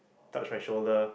touch my shoulder